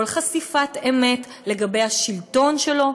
כל חשיפת אמת לגבי השלטון שלו,